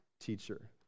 teacher